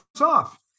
off